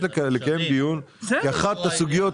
לחזק את המתמטיקה והאנגלית עד כיתה ח',